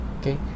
okay